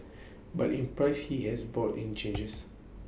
but in practice he has brought in changes